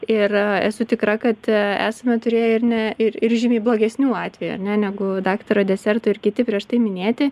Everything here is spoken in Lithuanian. ir esu tikra kad esame turėję ir ne ir ir žymiai blogesnių atvejų ne negu daktaro deserto ir kiti prieš tai minėti